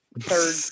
third